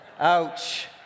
Ouch